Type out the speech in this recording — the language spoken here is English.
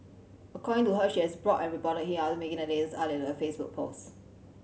according to her she has blocked and reported him after making the latest update to her Facebook post